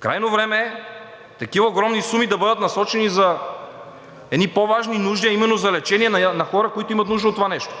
Крайно време е такива огромни суми да бъдат насочени за едни по-важни нужди, а именно за лечение на хора, които имат нужда от това нещо.